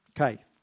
Okay